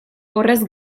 horrez